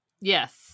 Yes